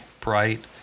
bright